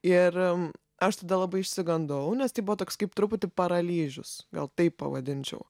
ir aš tada labai išsigandau nes tai buvo toks kaip truputį paralyžius gal taip pavadinčiau